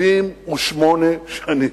78 שנים,